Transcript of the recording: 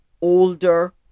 older